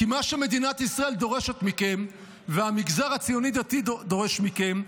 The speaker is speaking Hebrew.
כי מה שמדינת ישראל דורשת מכם והמגזר הציוני-דתי דורש מכם,